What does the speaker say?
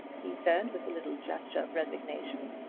he said, with a little gesture of resignation,